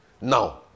Now